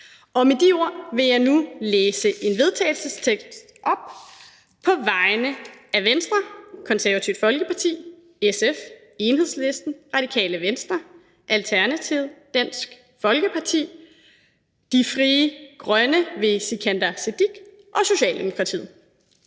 Med de ord vil jeg nu læse en vedtagelsestekst op på vegne af Venstre, Det Konservative Folkeparti, SF, Enhedslisten, Radikale Venstre, Alternativet, Dansk Folkeparti, Frie Grønne og Socialdemokratiet: